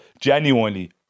genuinely